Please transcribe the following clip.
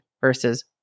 versus